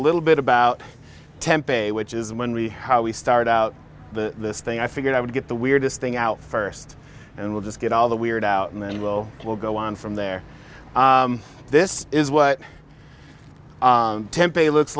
little bit about temp a which is when we how we started out the thing i figured i would get the weirdest thing out first and we'll just get all the weird out and then we'll we'll go on from there this is what tempe looks